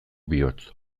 bihotz